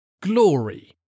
glory